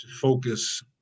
focus